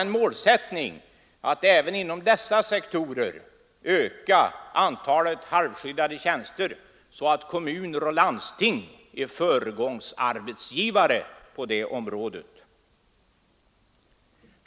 Vår målsättning måste vara att inom dessa sektorer öka antalet halvskyddade tjänster så att kommuner och landsting blir föregångsarbetsgivare på det området.